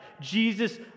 Jesus